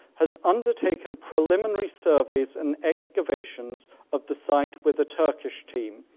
has undertaken preliminary surveys and excavations of the site with a turkish team.